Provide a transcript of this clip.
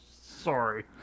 Sorry